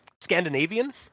Scandinavian